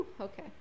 okay